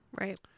Right